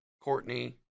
Courtney